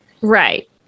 Right